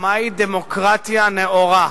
מה היא דמוקרטיה נאורה,